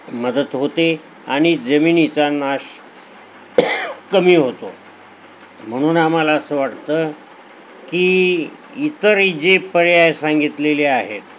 मदत होते आणि जमिनीचा नाश कमी होतो म्हणून आम्हाला असं वाटतं की इतर जे पर्याय सांगितलेले आहेत